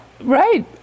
Right